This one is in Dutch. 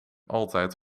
altijd